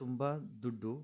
ತುಂಬ ದುಡ್ಡು